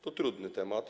To trudny temat.